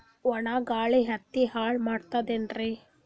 ಒಣಾ ಗಾಳಿ ಹತ್ತಿ ಹಾಳ ಮಾಡತದೇನ್ರಿ?